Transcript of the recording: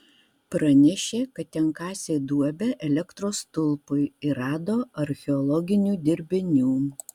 pranešė kad ten kasė duobę elektros stulpui ir rado archeologinių dirbinių